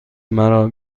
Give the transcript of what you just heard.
مرا